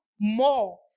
more